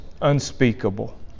unspeakable